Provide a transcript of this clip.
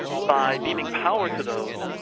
by beaming power to those,